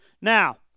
Now